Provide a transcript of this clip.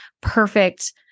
perfect